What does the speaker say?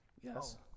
Yes